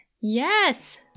Yes